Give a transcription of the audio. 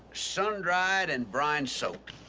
sun-dried and brine-soaked.